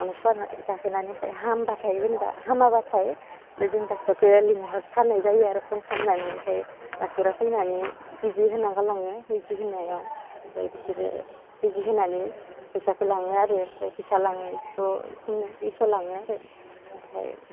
दाउनो फुवारना जाहोनानै ओमफ्राय हामबाथाय जेनेबा हामाबाथाय बे जों डाक्टरखौ बेयाव लिंहरथारनाय जायो आरो फन खालामनानै ओमफ्राय डाक्टरा फैनानै बिजि होना गालाङो बिजि होनायाव ओमफ्राय बिसोरो बिजि होनानै फैसाखौ लाङो आरो ओमफ्राय फैसा लाङो एकस' दुइस' लाङो आरो ओमफ्राय